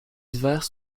hivers